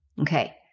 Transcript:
Okay